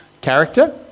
Character